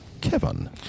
kevin